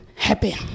happy